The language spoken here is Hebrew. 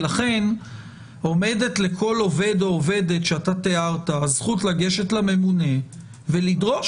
לכן עומדת לכל עובד או עובדת שאתה תיארת הזכות לגשת לממונה ולדרוש